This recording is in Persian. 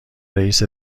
رئیس